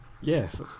Yes